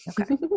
Okay